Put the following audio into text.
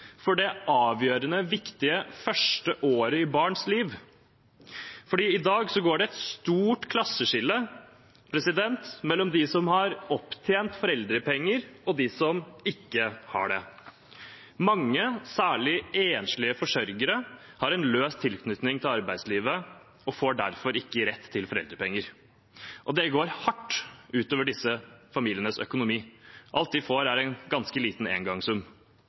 for det avgjørende viktige første året i barns liv. I dag går det et stort klasseskille mellom dem som har opptjent foreldrepenger, og dem som ikke har det. Mange, særlig enslige forsørgere, har en løs tilknytning til arbeidslivet og får derfor ikke rett til foreldrepenger. Det går hardt ut over disse familienes økonomi. Alt de får, er en ganske liten